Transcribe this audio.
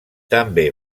també